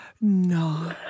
No